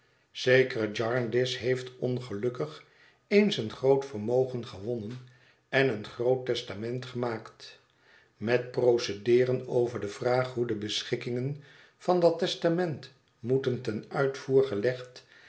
jarndyce heeft ongelukkig eens een groot vermogen gewonnen en een groot testament gemaakt met procedeeren over de vraag hoe de beschikkingen van dat testament moeten ten uitvoer gelegd